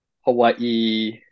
Hawaii